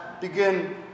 begin